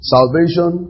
Salvation